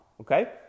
Okay